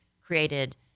created